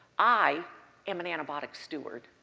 i am an antibiotic steward.